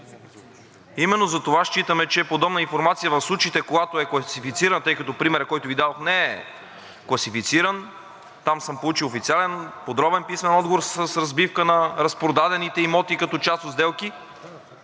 Именно затова считаме, че подобна информация в случаите, когато е класифицирана, тъй като в примера, който Ви дадох, не е класифицирана – там съм получил официален подробен писмен отговор с разбивка на разпродадените имоти като част от сделки,